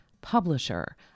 publisher